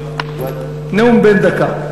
נאום בן דקה.